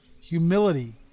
humility